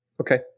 Okay